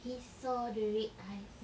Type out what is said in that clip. he saw the red eyes